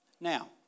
Now